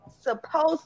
supposed